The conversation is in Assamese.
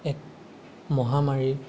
এক মহামাৰী